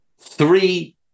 three